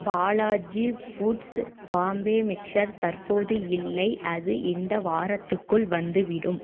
Balaji foods Bombay mixture தற்போது இல்லை அது இந்த வாரத்துக்குள் வந்துவிடும்